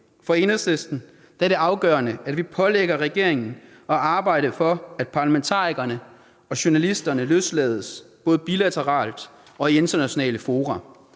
For Enhedslisten er det afgørende, at vi pålægger regeringen at arbejde for, at parlamentarikerne og journalisterne løslades, både bilateralt og i internationale fora.